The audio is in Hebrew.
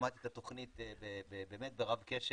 שמעתי על התוכנית ברב קשב,